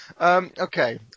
Okay